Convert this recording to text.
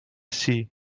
see